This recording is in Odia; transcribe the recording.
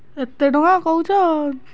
ଏତେ ଟଙ୍କା କହୁଛ